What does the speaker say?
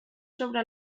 sobre